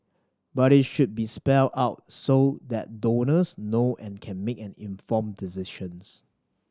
but it should be spelled out so that donors know and can make an informed decisions